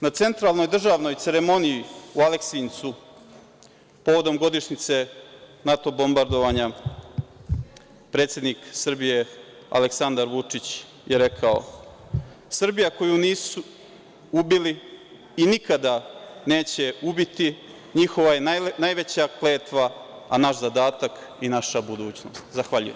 Na centralnoj državnoj ceremoniji u Aleksincu, povodom godišnjice NATO bombardovanja, predsednik Srbije Aleksandar Vučić je rekao: „Srbija koju nisu ubili i nikada neće ubiti njihova je najveća kletva, a naš zadatak i naša budućnost.“ Zahvaljujem.